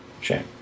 Shame